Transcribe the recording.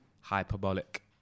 hyperbolic